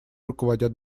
руководят